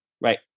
right